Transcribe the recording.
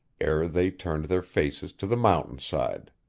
ere they turned their faces to the mountainside.